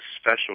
special